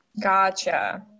Gotcha